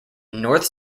north